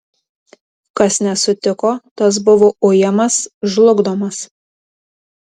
kas nesutiko tas buvo ujamas žlugdomas